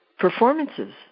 performances